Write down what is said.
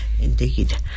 Indeed